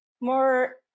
more